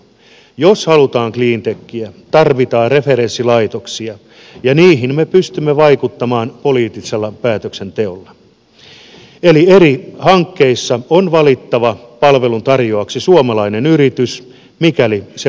jos halutaan cleantechiä tarvitaan referenssilaitoksia ja niihin me pystymme vaikuttamaan poliittisella päätöksenteolla eli eri hankkeissa on valittava palvelun tarjoajaksi suomalainen yritys mikäli se vain on mahdollista